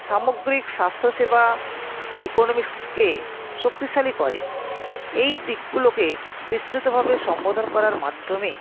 সামগ্রিক স্বাস্থ্যসেবা ইকোনমিস্টকে শক্তিশালী করে এই দিগগুলোকে বিস্তৃতভাবে সম্বোধন করার মাধ্যমে